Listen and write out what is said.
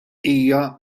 hija